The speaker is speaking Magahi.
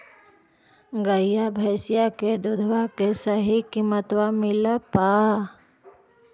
गईया भैसिया के दूधबा के सही किमतबा मिल पा?